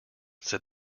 said